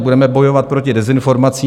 Budeme bojovat proti dezinformacím.